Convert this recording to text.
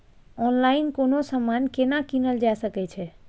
Online कोनो समान केना कीनल जा सकै छै?